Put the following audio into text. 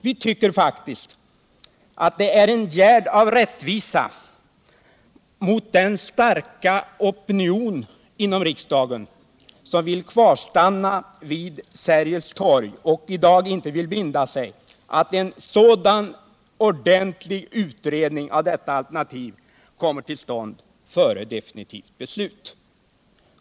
Vitycker faktiskt att det är en gärd av rättvisa mot den starka opinion inom riksdagen som vill kvarstanna vid Sergels torg och i dag inte vill binda sig, att en sådan ordentlig utredning av detta alternativ kommer till stånd före definitivt beslut.